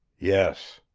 yes.